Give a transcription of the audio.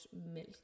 milk